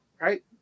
right